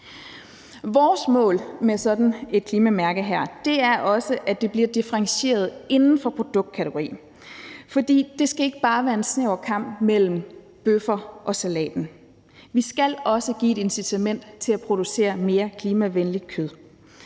Vores mål med sådan et klimamærke er også, at det bliver differentieret inden for produktkategorien, for det skal ikke bare være en snæver kamp mellem bøffer og salat. Vi skal også give et incitament til at producere mere klimavenligt kød.